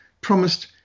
promised